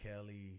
Kelly